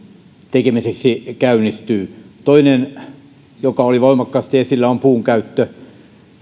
tekemiseksi käynnistyy toinen joka oli voimakkaasti esillä on puunkäyttö